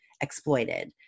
exploited